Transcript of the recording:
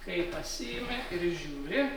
kaip pasiimi ir žiūri